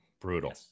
brutal